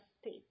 state